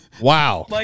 wow